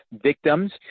victims